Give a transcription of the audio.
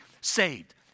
saved